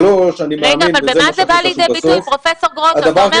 שלישית, אני מאמין --- פרופ' גרוטו, במה?